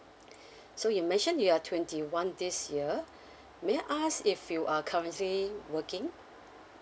so you mentioned you're twenty one this year may I ask if you are currently working